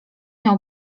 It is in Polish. miał